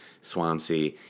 Swansea